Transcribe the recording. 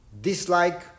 dislike